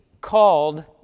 called